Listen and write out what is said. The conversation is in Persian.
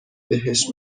بهش